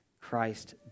Christ